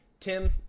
Tim